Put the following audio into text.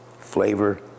flavor